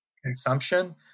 consumption